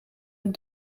een